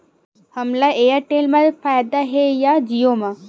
हमला एयरटेल मा फ़ायदा हे या जिओ मा?